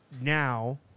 now